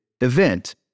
event